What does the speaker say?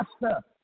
master